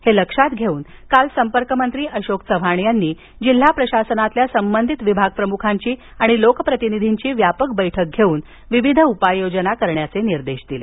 हे लक्षात घेऊन काल संपर्क मंत्री अशोक चव्हाण यांनी जिल्हा प्रशासनातील संबंधित विभाग प्रमुखांची आणि लोकप्रतिनिधींची व्यापक बैठक घेऊन विविध उपाय योजना करण्याचे निर्देश दिले